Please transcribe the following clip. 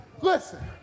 listen